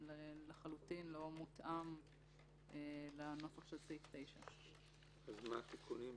היום לחלוטין לא מותאם לנוסח של סעיף 9. אז מה התיקונים?